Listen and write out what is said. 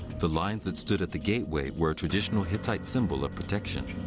the lions that stood at the gateway were a traditional hittite symbol of protection.